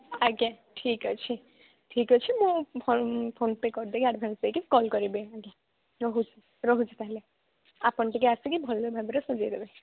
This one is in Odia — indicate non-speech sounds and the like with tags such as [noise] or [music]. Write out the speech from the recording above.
ଆଜ୍ଞା ଠିକ୍ ଅଛି ଠିକ୍ ଅଛି ମୁଁ ଫୋନ୍ ଫୋନ୍ପେ' କରି ଦେଇକି ଆଡ଼୍ଭାନ୍ସ ଦେଇକି କଲ୍ କରିବି ଆଜ୍ଞା [unintelligible] ରହୁଛି ତା'ହେଲେ ଆପଣ ଟିକିଏ ଆସିକି ଭଲ ଭାବରେ ସଜାଇଦେବେ